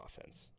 offense